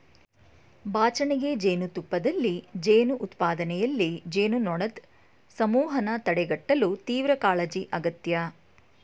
ಬಾಚಣಿಗೆ ಜೇನುತುಪ್ಪದಲ್ಲಿ ಜೇನು ಉತ್ಪಾದನೆಯಲ್ಲಿ, ಜೇನುನೊಣದ್ ಸಮೂಹನ ತಡೆಗಟ್ಟಲು ತೀವ್ರಕಾಳಜಿ ಅಗತ್ಯ